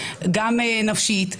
גם נפשית,